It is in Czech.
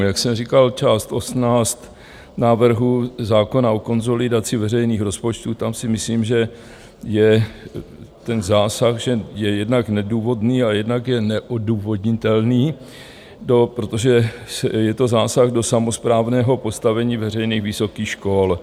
Jak jsem říkal část 18 návrhu zákona o konsolidaci veřejných rozpočtů, tam si myslím, že je ten zásah jednak nedůvodný a jednak je neodůvodnitelný, protože je to zásah do samosprávného postavení veřejných vysokých škol.